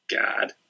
God